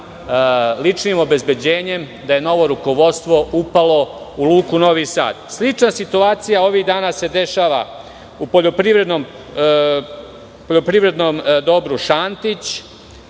ličnim obezbeđenjem, novo rukovodstvo upalo u Luku Novi Sad. Slična situacija ovih dana se dešava u poljoprivrednom dobru "Šantić",